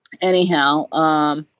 Anyhow